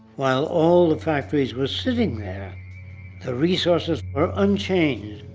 while all the factories were sitting there the resources were unchanged.